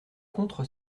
contre